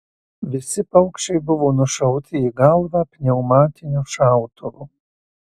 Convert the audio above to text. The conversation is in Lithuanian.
visi paukščiai buvo nušauti į galvą pneumatiniu šautuvu